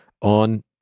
on